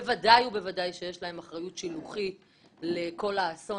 בוודאי ובוודאי שיש להם אחריות שיוכית לכל האסון.